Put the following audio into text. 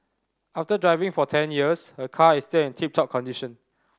after driving for ten years her car is still in tip top condition